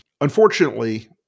unfortunately